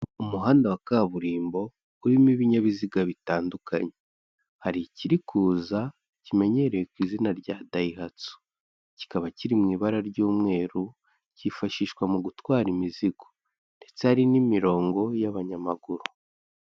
Umuhanda wa kaburimbo urimo ibinyabiziga bitandukanye, hari ikiri kuza kimenyerewe ku izina rya Dayihatsu, kikaba kiri mu ibara ry'umweru, kifashishwa mu gutwara imizigo, ndetse hari n'imirongo y'abanyamaguru.